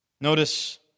Notice